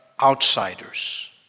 Outsiders